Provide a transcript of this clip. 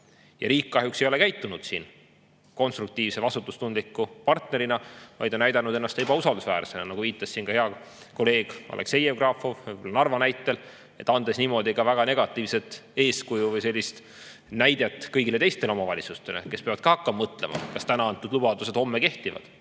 ei ole kahjuks käitunud konstruktiivse vastutustundliku partnerina, vaid on näidanud ennast ebausaldusväärsena – nagu viitas ka hea kolleeg Aleksei Jevgrafov, küll Narva näitel –, andes niimoodi väga negatiivset eeskuju või näite kõigile teistele omavalitsustele, kes peavad ka hakkama mõtlema, kas täna antud lubadused homme kehtivad